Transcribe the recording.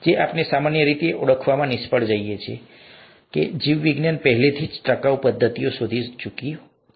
જે આપણે સામાન્ય રીતે ઓળખવામાં નિષ્ફળ જઈએ છીએ તે એ છે કે જીવવિજ્ઞાન પહેલાથી જ ટકાઉ પદ્ધતિઓ શોધી ચૂકી છે